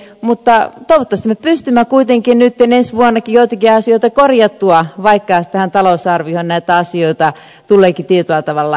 mutta toivottavasti me pystymme kuitenkin nyt ensi vuonnakin joitakin asioita korjaamaan vaikka tähän talousarvioon näitä asioita tuleekin tietyllä tavalla